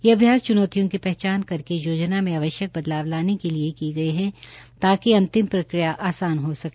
ये अभ्यास चूनौतियों की पहचान करकेक योजना मे आवश्यक बदलाव लाने के लिए की गई ताकि अंतिम प्रक्रिया आसान हो सके